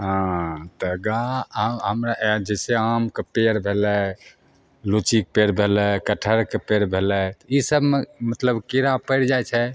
हँ तऽ ग्रा हमरा जैसे आमके पेड़ भेलय लिचीके पेड़ भेलय कटहरके पेड़ भेलय तऽ ई सबमे मतलब कीड़ा पड़ि जाइ छै